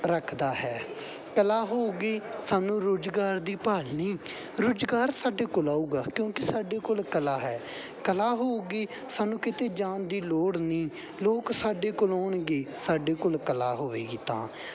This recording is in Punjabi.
ਰੱਖਦਾ ਹੈ ਕਲਾ ਹੋਵੇਗੀ ਸਾਨੂੰ ਰੁਜ਼ਗਾਰ ਦੀ ਭਾਲ ਨੀ ਰੁਜ਼ਗਾਰ ਸਾਡੇ ਕੋਲ ਆਵੇਗਾ ਕਿਉਂਕਿ ਸਾਡੇ ਕੋਲ ਕਲਾ ਹੈ ਕਲਾ ਹੋਵੇਗੀ ਸਾਨੂੰ ਕਿਤੇ ਜਾਣ ਦੀ ਲੋੜ ਨਹੀਂ ਲੋਕ ਸਾਡੇ ਕੋਲ ਆਉਣਗੇ ਸਾਡੇ ਕੋਲ ਕਲਾ ਹੋਵੇਗੀ ਤਾਂ